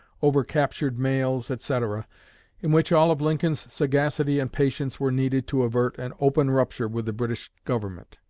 over captured mails, etc in which all of lincoln's sagacity and patience were needed to avert an open rupture with the british government.